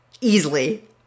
easily